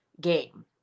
game